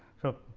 so,